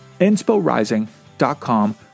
insporising.com